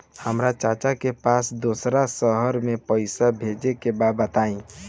हमरा चाचा के पास दोसरा शहर में पईसा भेजे के बा बताई?